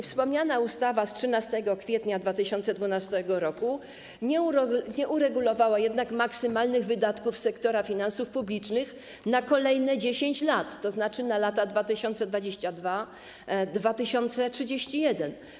Wspomniana ustawa z 13 kwietnia 2012 r. nie uregulowała jednak maksymalnych wydatków sektora finansów publicznych na kolejne 10 lat, tzn. na lata 2022-2031.